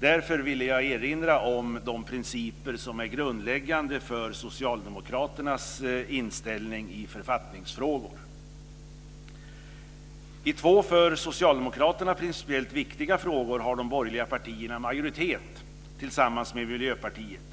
Därför vill jag erinra om de principer som är grundläggande för socialdemokraternas inställning i författningsfrågor. I två för Socialdemokraterna principiellt viktiga frågor har de borgerliga partierna tillsammans med Miljöpartiet majoritet.